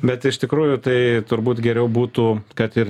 bet iš tikrųjų tai turbūt geriau būtų kad ir